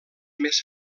més